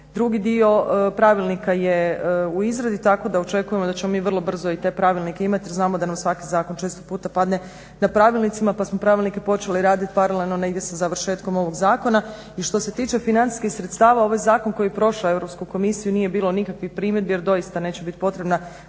drugi dio pravilnika je u izradi tako da očekujemo da ćemo mi vrlo brzo i te pravilnike imati jer znamo da nam svaki zakon često puta padne na pravilnicima, pa smo pravilnike počeli raditi paralelno sa završetkom ovog zakona. I što se tiče financijskih sredstava ovaj zakon koji je prošao Europsku komisiju, nije bilo nikakvih primjedbi jer doista neće biti potrebna